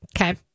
Okay